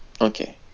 Okay